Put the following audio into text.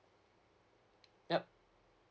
yup